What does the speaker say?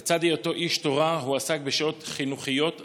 לצד היותו איש תורה הוא עסק בשאלות חינוכיות עכשוויות,